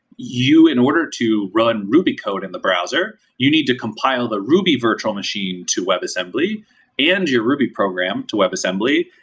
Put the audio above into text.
you, in order to run ruby code of and the browser, you need to compile the ruby virtual machine to webassembly and your ruby program to webassembly,